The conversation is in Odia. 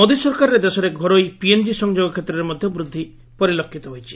ମୋଦି ସରକାରରେ ଦେଶରେ ଘରୋଇ ପିଏନଜି ସଂଯୋଗ ଷେତ୍ରରେ ମଧ୍ୟ ବୃଦ୍ଧି ପରିଲକ୍ଷିତ ହୋଇଛି